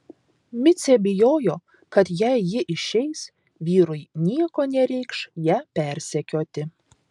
micė bijojo kad jei ji išeis vyrui nieko nereikš ją persekioti